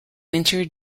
winter